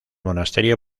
monasterio